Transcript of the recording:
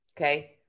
Okay